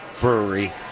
brewery